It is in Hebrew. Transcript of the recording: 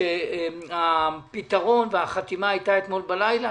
שהחתימה הייתה אתמול בלילה,